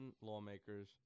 lawmakers